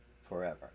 forever